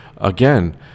Again